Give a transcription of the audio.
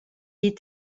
est